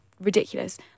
ridiculous